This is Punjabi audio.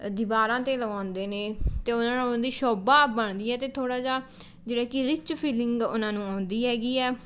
ਦੀਵਾਰਾਂ 'ਤੇ ਲਗਾਉਂਦੇ ਨੇ ਅਤੇ ਉਨ੍ਹਾਂ ਨਾਲ਼ ਉਨ੍ਹਾਂ ਦੀ ਸ਼ੋਭਾ ਬਣਦੀ ਹੈ ਅਤੇ ਥੋੜ੍ਹਾ ਜਿਹਾ ਜਿਹੜਾ ਕਿ ਰਿਚ ਫੀਲਿੰਗ ਉਨ੍ਹਾਂ ਨੂੰ ਆਉਂਦੀ ਹੈਗੀ ਆ